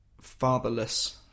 fatherless